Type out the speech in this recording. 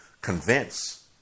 convince